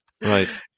Right